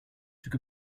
took